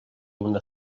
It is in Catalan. una